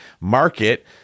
market